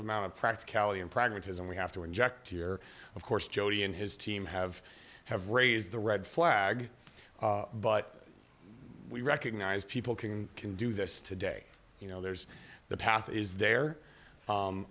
of amount of practicality and pragmatism we have to inject here of course jody and his team have have raised the red flag but we recognize people can do this today you know there's the path is there